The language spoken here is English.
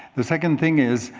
the second thing is,